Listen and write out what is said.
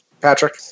Patrick